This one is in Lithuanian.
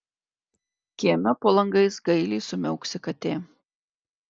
kieme po langais gailiai sumiauksi katė